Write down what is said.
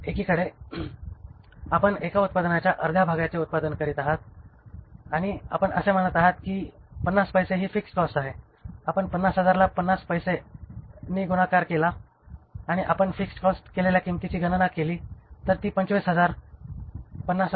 एकीकडे आपण एका उत्पादनाच्या अर्ध्या भागाचे उत्पादन करीत आहात आणि आपण असे म्हणत आहात की 50 पैसे ही फिक्स्ड कॉस्ट आहे आपण 50000 ने 50 पैसे गुणाकार करीत आहात आणि आपण फिक्स्ड केलेल्या किंमतीची गणना करत आहात 25000